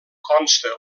consta